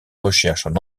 recherches